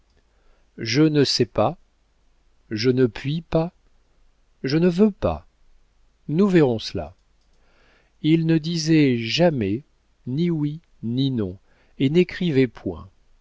je ne sais pas je ne puis pas je ne veux pas nous verrons cela il ne disait jamais ni oui ni non et n'écrivait point